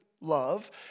love